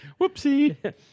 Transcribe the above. Whoopsie